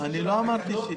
לא כך אמרתי.